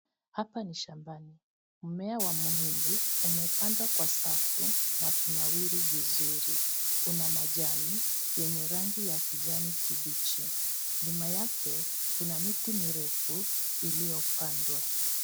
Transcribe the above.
Hapa ni shambani. Mmea wa mhindi umepandwa kwa safu na kunawiri vizuri. Kuna majani yenye rangi ya kijani kibichi. Nyuma yake kuna miti mirefu iliyopanda.